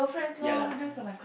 ya lah